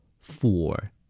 Four